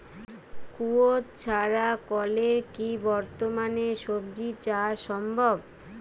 কুয়োর ছাড়া কলের কি বর্তমানে শ্বজিচাষ সম্ভব?